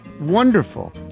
wonderful